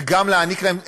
וגם להעניק להם,